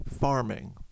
farming